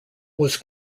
was